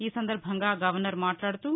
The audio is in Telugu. ఈ సందర్భంగా గవర్నర్ మాట్లాడుతూ